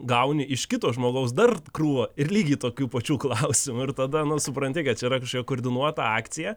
gauni iš kito žmogaus dar krūvą ir lygiai tokių pačių klausimų ir tada supranti kad čia yra kažkokia koordinuota akcija